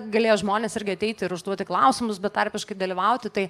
galėjo žmonės irgi ateiti ir užduoti klausimus betarpiškai dalyvauti tai